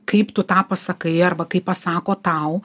kaip tu tą pasakai arba kaip pasako tau